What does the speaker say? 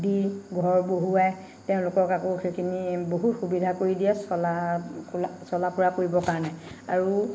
দি ঘৰ বহুৱাই তেওঁলোকক আকৌ সেইখিনি বহুত সুবিধা কৰি দিয়ে চলা ফুৰা কৰিবৰ কাৰণে আৰু